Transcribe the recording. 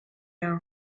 now